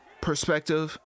perspective